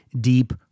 Deep